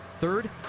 Third